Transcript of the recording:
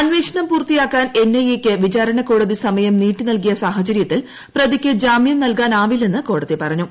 അന്വേഷണം പൂർത്തിയാക്കാൻ എൻഐഎ ക്ക് വിചാരണ കോടതി സമയം നീട്ടി നൽകിയ സാഹചര്യത്തിൽ പ്രതിക്ക് ജാമ്യാ നൽകാനാവില്ലെന്ന് കോടതി പറഞ്ഞു